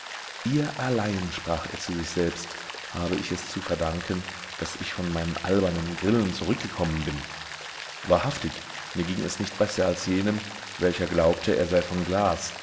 ihr allein sprach er zu sich selbst habe ich es zu verdanken daß ich von meinen albernen grillen zurückgekommen bin wahrhaftig mir ging es nicht besser als jenem welcher glaubte er sei von glas